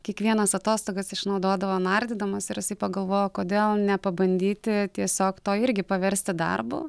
kiekvienas atostogas išnaudodavo nardydamas ir jisai pagalvojo kodėl nepabandyti tiesiog to irgi paversti darbu